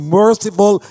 merciful